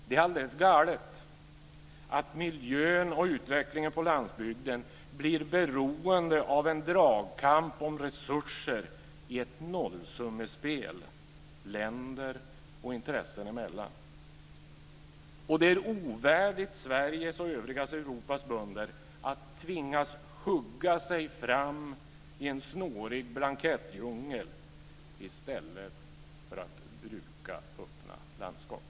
Det är alldeles galet att miljön och utvecklingen på landsbygden blir beroende av en dragkamp om resurser i ett nollsummespel länder och intressen emellan. Och det är ovärdigt Sveriges och övriga Europas bönder att tvingas hugga sig fram i en snårig blankettdjungel i stället för att bruka öppna landskap.